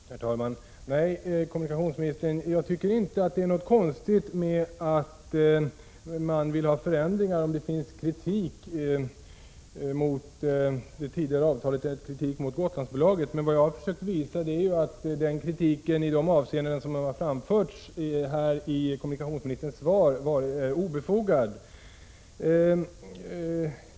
Herr talman! Nej, kommunikationsministern, jag tycker inte det är konstigt att man vill få till stånd förändringar om det finns kritik mot det tidigare avtalet eller om det finns kritik mot Gotlandsbolaget. Men vad jag har försökt visa är att den kritiken i de avseenden som den berörts i kommunikationsministerns svar är obefogad.